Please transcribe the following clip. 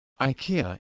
Ikea